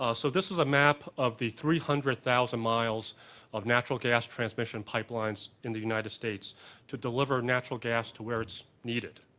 so this is a map of the three hundred thousand miles of natural gas transmission pipelines in the united states to deliver natural gas to where it's needed.